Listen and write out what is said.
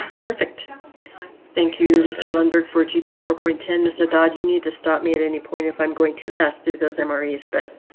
perfect thank you, mr lundberg for gp four point ten massage. you need to stop me at any point if i'm going too fast through those memories, but.